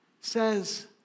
says